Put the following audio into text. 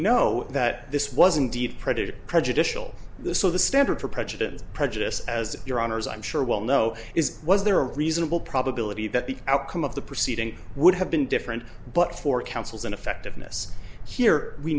know that this wasn't deep credit prejudicial the so the standard for president prejudice as your honour's i'm sure we'll know is was there a reasonable probability that the outcome of the proceeding would have been different but for counsel's ineffectiveness here we